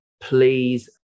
please